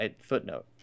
footnote